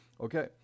Okay